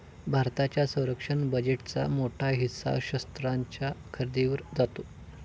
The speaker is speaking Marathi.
भारताच्या संरक्षण बजेटचा मोठा हिस्सा शस्त्रास्त्रांच्या खरेदीवर जातो